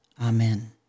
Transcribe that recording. Amen